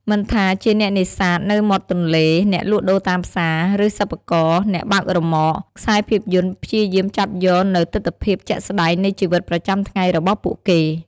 មិនថាជាអ្នកនេសាទនៅមាត់ទន្លេ អ្នកលក់ដូរតាមផ្សារ ឬសិប្បករ អ្នកបើករ៉ឺម៉ក ខ្សែភាពយន្តព្យាយាមចាប់យកនូវទិដ្ឋភាពជាក់ស្ដែងនៃជីវិតប្រចាំថ្ងៃរបស់ពួកគេ ។